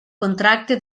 contracte